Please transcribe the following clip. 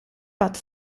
pat